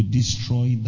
destroy